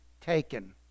taken